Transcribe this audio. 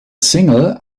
single